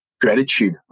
gratitude